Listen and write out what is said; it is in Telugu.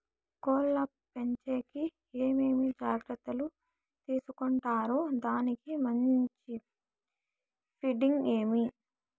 కోళ్ల పెంచేకి ఏమేమి జాగ్రత్తలు తీసుకొంటారు? దానికి మంచి ఫీడింగ్ ఏమి?